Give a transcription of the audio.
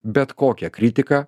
bet kokią kritiką